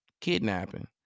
kidnapping